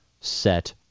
set